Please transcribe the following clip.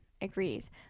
agrees